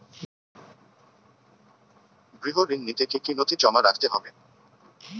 গৃহ ঋণ নিতে কি কি নথি জমা রাখতে হবে?